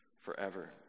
forever